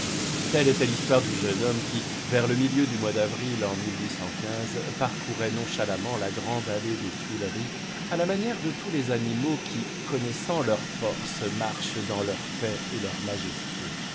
telle était l'histoire du jeune homme qui vers le milieu du mois d'avril en parcourait nonchalamment la grande allée des tuileries à la manière de tous les animaux qui connaissant leurs forces marchent dans leur paix et leur majesté